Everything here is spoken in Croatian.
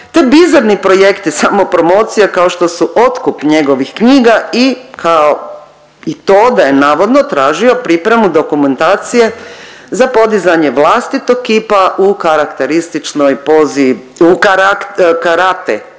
te bizarni projekti samo promocije kao što su otkup njihovih knjiga i kao i to da je navodno tražio pripremu dokumentacije za podizanje vlastitog kipa u karakterističnoj pozi, u karak…,